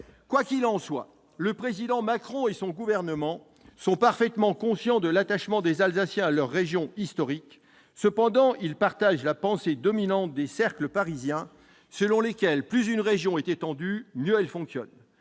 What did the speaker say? Quoi qu'il en soit, le président Macron et son gouvernement sont parfaitement conscients de l'attachement des Alsaciens à leur région historique. Cependant, ils partagent la pensée dominante des cercles parisiens, selon lesquels plus une région est étendue, mieux elle fonctionne.